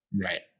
Right